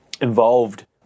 involved